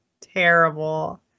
terrible